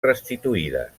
restituïdes